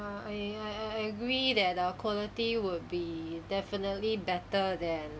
ya I I agree that the quality will be definitely better than